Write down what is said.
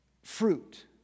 fruit